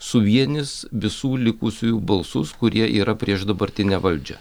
suvienys visų likusiųjų balsus kurie yra prieš dabartinę valdžią